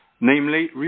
namely